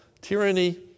Tyranny